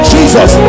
Jesus